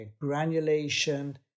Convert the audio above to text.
granulation